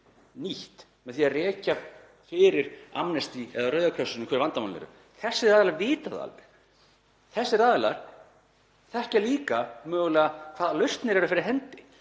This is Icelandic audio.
nýtt með því að rekja fyrir Amnesty eða Rauða krossinum hver vandamálin eru. Þessir aðilar vita það alveg. Þessir aðilar þekkja líka mögulega hvaða lausnir eru fyrir hendi.